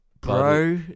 Bro